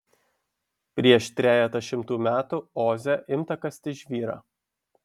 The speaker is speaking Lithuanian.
prieš trejetą šimtų metų oze imta kasti žvyrą